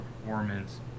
performance